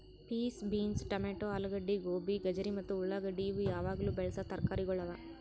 piece, beans, tomato, ಆಲೂಗಡ್ಡಿ, ಗೋಬಿ, ಗಜರಿ ಮತ್ತ ಉಳಾಗಡ್ಡಿ ಇವು ಯಾವಾಗ್ಲೂ ಬೆಳಸಾ ತರಕಾರಿಗೊಳ್ ಅವಾ